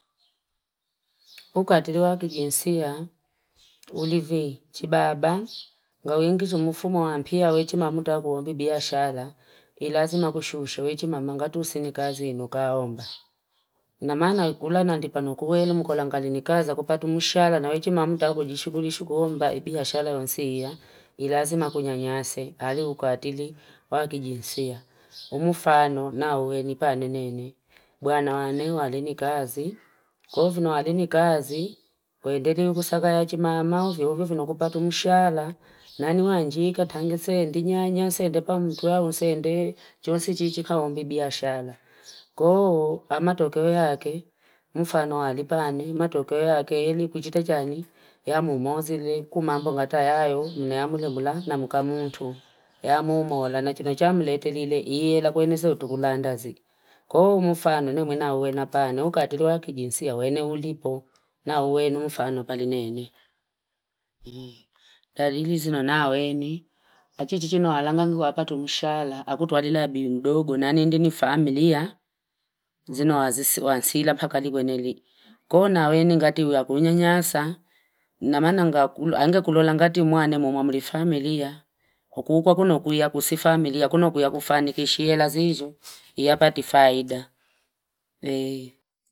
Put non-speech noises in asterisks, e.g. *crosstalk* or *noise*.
*noise* Ukatili wakijinsia, *noise* ulivii, chibaba, *noise* nga wingiju mufumu wampia wechi mamuta kuhombi biashala ilazima kushusho, wechi mamangatu usini kazi inukaa omba. *noise* Namaana ukula na ndipanukuwele mkulangali ni kaza kupatu mushala na wechi mamuta kujishugulishu kuhomba ibiashala yonsiia, ilazima kunya nyase, hali ukatili wakijinsia. *noise* Umufano na uwe nipanenene, buwanawane wali ni kazi. Kufuno wali ni kazi, *noise* wendeli ukusagaya chimaama uvi, uvi fino kupatu mushala nani wanjiika tangi sendi, nyanya sende, pamutuwa unsende, yonsi chichikahombi biashala. *noise* Koo amatokewe hake, umufano wali pane, amatokewe hake heli kujitajani, yamumozile kumambongata yayo mnayamule mula namukamutu, yamumula na chinachamulete lile ila kwenye seotukulanda zi. Koo umufano na uwe na pane, ukatili wakijinsia, uwe ni ulipo na uwe ni umufano pali nene. *hesitation* Darili zino na uwe ni, achitichino walangangi wapatu mushala, akutuwadila biundogu, nani ndini familia, zino wansila pakali kwenye li. Koo na uwe ni ngati kunya nyasa, namana angakulola ngati mwane mwamuri familia. Ukuukwa kunu kuya kusi familia, kunu kuya kufanikishi ya lazizo, *noise* ya patifaida. *hesitation*